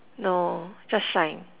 no just shine